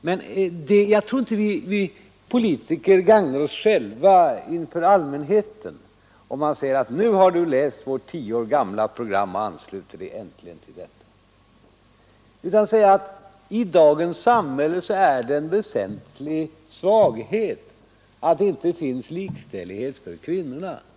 Vi politiker gagnar säkert inte oss själva inför allmänheten, om vi säger att nu har du läst vårt 10 år gamla program, och nu ansluter du dig äntligen till det. I stället vill jag säga att i dagens samhälle är det en väsentlig svaghet att det inte finns likställighet för kvinnorna.